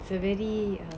she really um